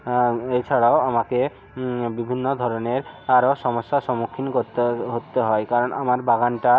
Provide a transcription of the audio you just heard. হ্যাঁ এছাড়াও আমাকে বিভিন্ন ধরনের আরও সমস্যার সম্মুখীন করতে করতে হয় কারণ আমার বাগানটা